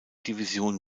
division